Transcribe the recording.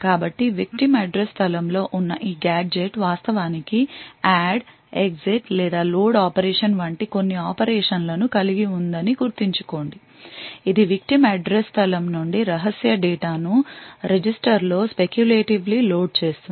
కాబట్టి victim address స్థలంలో ఉన్న ఈ గాడ్జెట్ వాస్తవానికి యాడ్ ఎగ్జిట్ లేదా లోడ్ ఆపరేషన్ వంటి కొన్ని ఆపరేషన్లను కలిగి ఉందని గుర్తుంచుకోండి ఇది విక్టిమ్ అడ్రస్ స్థలం నుండి రహస్య డేటా ను రిజిస్టర్లో స్పెకులేటివ్లీ లోడ్ చేస్తుంది